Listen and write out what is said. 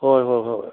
ꯍꯣꯏ ꯍꯣꯏ ꯍꯣꯏ